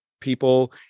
people